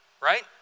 right